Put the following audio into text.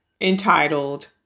entitled